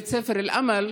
בית ספר אל-אמל,